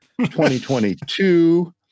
2022